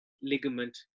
ligament